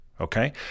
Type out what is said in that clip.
Okay